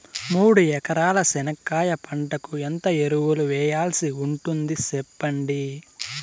మూడు ఎకరాల చెనక్కాయ పంటకు ఎంత ఎరువులు వేయాల్సి ఉంటుంది సెప్పండి?